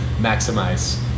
maximize